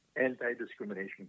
anti-discrimination